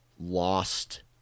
lost